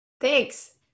Thanks